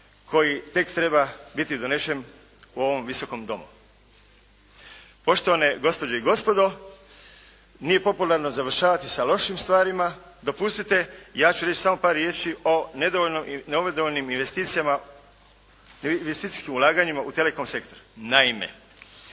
koji tek treba biti donesen u ovom Visokom domu. Poštovane gospođe i gospodo, nije popularno završavati sa lošim stvarima, dopustite, ja ću reći samo par riječi o nedovoljno …/Govornik se ne razumije./… investicijskim ulaganjima u Telekom sektor. Naime,